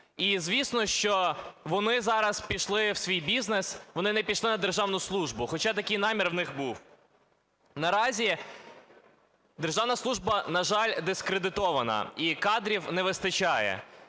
І, звісно, що вони зараз пішли у свій бізнес, вони не пішли на державну службу, хоча такий намір у них був. Наразі державна служба, на жаль, дискредитована і кадрів не вистачає.